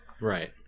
Right